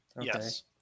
Yes